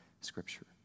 Scripture